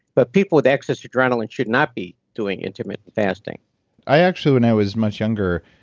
but people with excess adrenaline should not be doing intermittent fasting i actually, when i was much younger,